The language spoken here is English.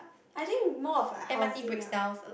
I think more of like housing lah